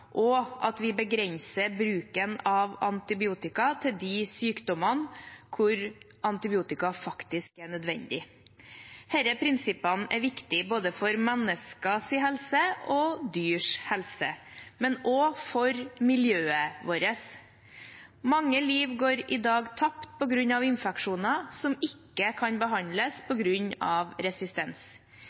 og at vi begrenser bruken av antibiotika til de sykdommene hvor antibiotika faktisk er nødvendig. Disse prinsippene er viktige både for menneskers helse, for dyrs helse og for miljøet vårt. Mange liv går i dag tapt på grunn av infeksjoner som ikke kan behandles på grunn av resistens.